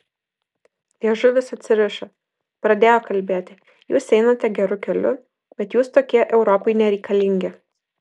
liežuvis atsirišo pradėjo kalbėti jūs einate geru keliu bet jūs tokie europai nereikalingi